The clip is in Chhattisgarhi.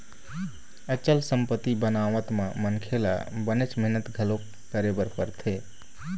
अचल संपत्ति बनावत म मनखे ल बनेच मेहनत घलोक करे बर परथे